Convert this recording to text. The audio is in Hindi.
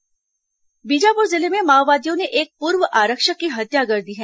माओवादी आरक्षक हत्या बीजापुर जिले में माओवादियों ने एक पूर्व आरक्षक की हत्या कर दी है